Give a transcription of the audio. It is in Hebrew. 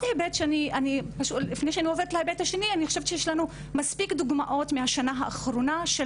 אני חושבת שיש לנו מספיק דוגמאות מהשנה האחרונה של